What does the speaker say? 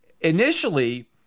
Initially